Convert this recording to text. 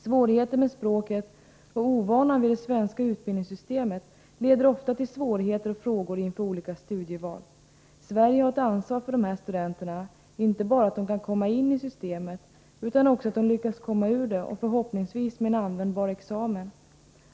Svårigheter med språket och ovana vid det svenska utbildningssystemet leder ofta till svårigheter och frågor inför olika studieval. Sverige har ett ansvar för dessa studenter, inte bara för att de kan komma in i systemet, utan också för att de lyckas komma ur det, förhoppningsvis med en användbar examen.